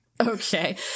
Okay